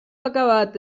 acabat